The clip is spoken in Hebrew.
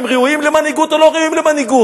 האם ראויים למנהיגות או לא ראויים למנהיגות?